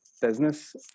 business